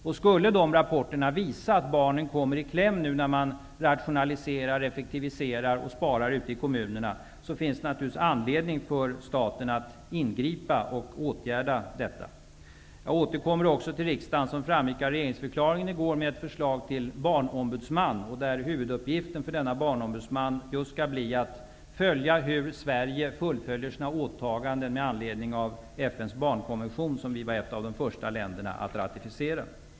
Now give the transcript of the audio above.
Om dessa rapporter visar att barnen kommer i kläm när man nu rationaliserar, effektiviserar och sparar ute i kommunerna, finns det naturligtvis anledning för staten att ingripa och åtgärda detta. Som framgick av regeringsförklaringen i går återkommer jag också till riksdagen med ett förslag till barnombudsman. Huvuduppgiften för denna barnombudsman blir just att följa hur Sverige fullföljer sina åtaganden med anledning av FN:s barnkonvention, som vi var ett av de första länderna att ratificera.